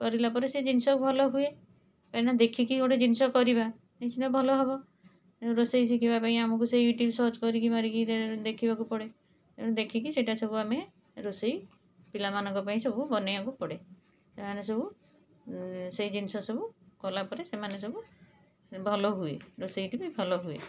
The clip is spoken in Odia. କରିଲାପରେ ସେ ଜିନିଷ ଭଲହୁଏ କାହିଁକିନା ଦେଖିକି ଗୋଟେ ଜିନିଷ କରିବା ନିଶ୍ଚିନ୍ତ ଭଲ ହେବ ତେଣୁ ରୋଷେଇ ଶିଖିବାପାଇଁ ଆମକୁ ସେଇ ୟୁଟ୍ୟୁବ୍ ସର୍ଚ୍ଚ କରିକି ମାରିକି ଦେଖିବାକୁ ପଡ଼େ ତେଣୁ ଦେଖିକି ସେଇଟା ସବୁ ଆମେ ରୋଷେଇ ପିଲାମାନଙ୍କ ପାଇଁ ସବୁ ବନେଇବାକୁ ପଡ଼େ ସେମାନେ ସବୁ ସେଇ ଜିନିଷସବୁ କଲାପରେ ସେମାନେ ସବୁ ଭଲହୁଏ ରୋଷେଇ ଟି ବି ଭଲହୁଏ